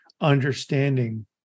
understanding